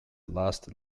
lasted